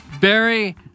Barry